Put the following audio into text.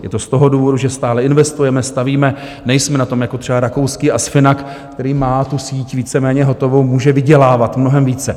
Je to z toho důvodu, že stále investujeme, stavíme, nejsme na tom jako třeba rakouský ASFiNAG, který má síť víceméně hotovou, může vydělávat mnohem více.